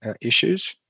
issues